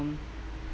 um